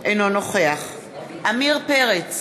אינו נוכח עמיר פרץ,